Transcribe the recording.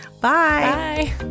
Bye